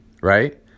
right